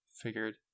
figured